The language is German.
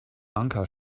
anker